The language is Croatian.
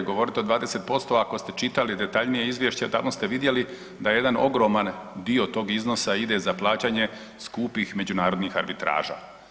Govoriti o 20% ako ste čitali detaljnije izvješće tamo ste vidjeli da jedan ogroman dio tog iznosa ide za plaćanje skupih međunarodnih arbitraža.